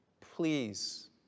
Please